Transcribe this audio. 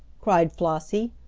cried flossie.